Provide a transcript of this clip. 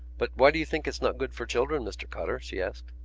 but why do you think it's not good for children, mr. cotter? she asked.